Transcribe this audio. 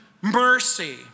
mercy